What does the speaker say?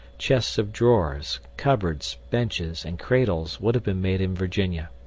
chests-of-drawers, cupboards, benches, and cradles would have been made in virginia.